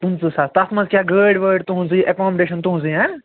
پٕنژٕہ ساس تتھ منٛز کیٛاہ گٲڑۍ وٲڑۍ تُہنٛزٕے ایٚکاموڈیٚشن تُہنٛزٕے